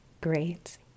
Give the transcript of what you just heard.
Great